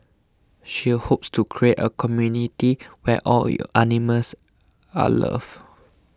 she hopes to create a community where all animals are loved